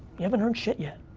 you haven't earned shit yet.